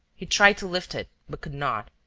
he tried to lift it, but could not.